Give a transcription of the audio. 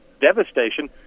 devastation